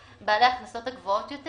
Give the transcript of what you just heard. רואים שזו אוכלוסייה בעלת ההכנסות הגבוהות יותר